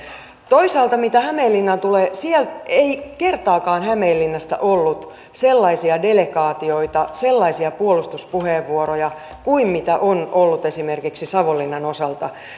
toisaalta mitä hämeenlinnaan tulee ei kertaakaan hämeenlinnasta ollut sellaisia delegaatioita sellaisia puolustuspuheenvuoroja kuin on ollut esimerkiksi savonlinnan osalta